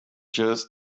just